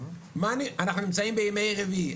אנחנו נמצאים בימי רביעי,